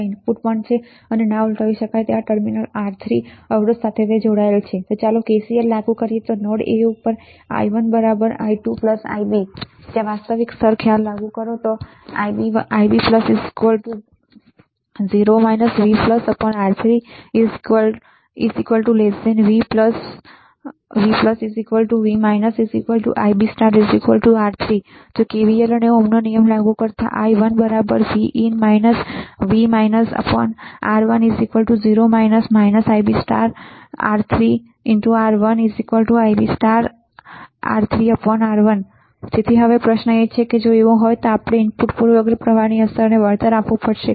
જ્યાં ઇનપુટ પણ છે અને ના ઉલટાવી શકાય ટર્મિનલ R3 અવરોધ સાથે જોડાયેલ છે ચાલો KCL લાગુ કરીએ નોડ A પર I1 I2Ib જ્યાં વાસ્તવિક સ્તર ખ્યાલ લાગુ કરો Ib0 vR3 v v Ib R3 KVL અને ઓહ્મનો નિયમ લાગુ કરતા I1 Vin V R1 0 Ib R3 R1 Ib R3R1 તેથી હવે પ્રશ્ન એ છે કે જો એવું હોય તો આપણે ઇનપુટ પૂર્વગ્રહ પ્રવાહની અસરને વળતર આપવી પડશે